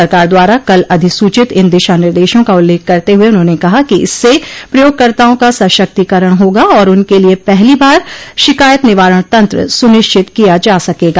सरकार द्वारा कल अधिसूचित इन दिशा निर्देशों का उल्लेख करते हुए उन्होंने कहा कि इससे प्रयोगकर्ताओं का सशक्तिकरण होगा और उनके लिए पहली बार शिकायत निवारण तंत्र सुनिश्चित किया जा सकेगा